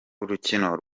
urukino